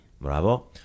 Bravo